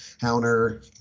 counter